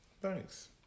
Thanks